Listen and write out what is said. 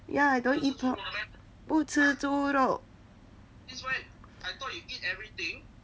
ya I don't eat pork 不吃猪肉